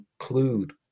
include